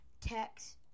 Text